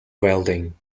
welding